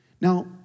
Now